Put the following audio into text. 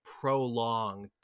prolonged